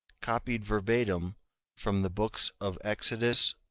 copied verbatim from the books of exodus,